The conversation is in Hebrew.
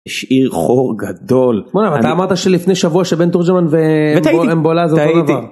השאיר חור גדול. אתה אמרת שלפני שבוע שבן תורג'רמן ומבואלה זה אותו דבר. וטעיתי. טעיתי.